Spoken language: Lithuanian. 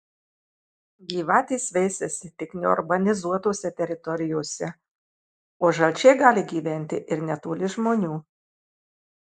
gyvatės veisiasi tik neurbanizuotose teritorijose o žalčiai gali gyventi ir netoli žmonių